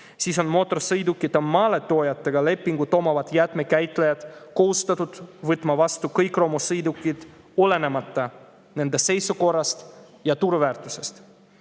siis on mootorsõidukite maaletoojatega lepingu [sõlminud] jäätmekäitlejad kohustatud võtma vastu kõik romusõidukid, olenemata nende seisukorrast ja turuväärtusest.